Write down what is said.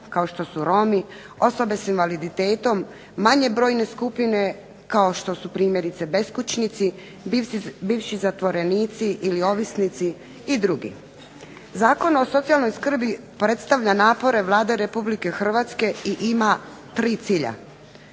kao što su romi, osobe s invaliditetom, manje brojne skupine kao što su primjerice beskućnici, bivši zatvorenici ili ovisnici i drugi. Zakon o socijalnoj skrbi predstavlja napore Vlade Republike Hrvatske i ima tri cilja,